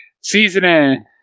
seasoning